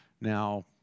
Now